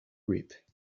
reap